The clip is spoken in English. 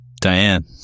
Diane